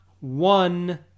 one